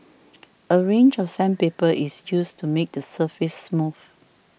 a range of sandpaper is used to make the surface smooth